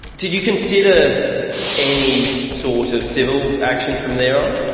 did you consider any sort of civil action from there on?